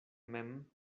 mem